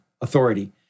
authority